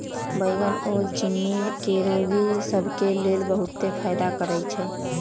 बइगनी ओल चिन्नी के रोगि सभ के लेल बहुते फायदा करै छइ